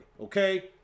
okay